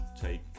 take